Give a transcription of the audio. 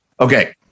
Okay